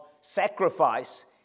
sacrifice